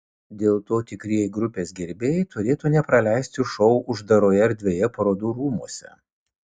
dėl to tikrieji grupės gerbėjai turėtų nepraleisti šou uždaroje erdvėje parodų rūmuose